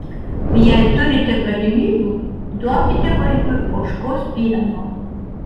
jei turite galimybių duokite vaikui ožkos pieno